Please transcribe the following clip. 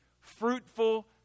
fruitful